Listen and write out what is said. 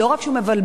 לא רק שהוא מבלבל,